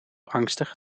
angstig